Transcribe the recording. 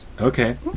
Okay